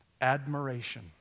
Admiration